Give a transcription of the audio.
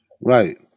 Right